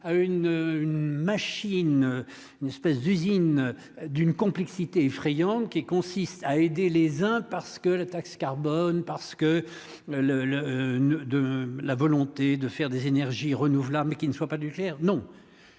une machine, une espèce d'usine d'une complexité effrayante qui consiste à aider les hein, parce que la taxe carbone parce que le le noeud de la volonté de faire des énergies renouvelables, qui ne soit pas nucléaire non